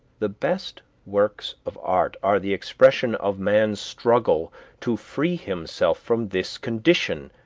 the best works of art are the expression of man's struggle to free himself from this condition,